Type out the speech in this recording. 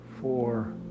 four